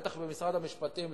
בטח במשרד המשפטים,